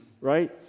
right